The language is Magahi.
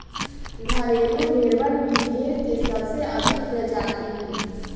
घरेलू भेड़वन भी भेड़ के सबसे अधिक प्रजाति हई